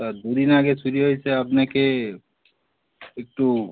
তা দু দিন আগে চুরি হয়েছে আপনি কে একটু